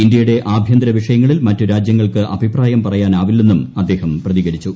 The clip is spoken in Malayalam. ഇന്ത്യയുടെ ആഭ്യന്തര വിഷയങ്ങളിൽ മറ്റു രാജ്യങ്ങൾക്ക് അഭിപ്രായം പറയാനാവില്ലെന്നും അദ്ദേഹം പ്രതികരിച്ചു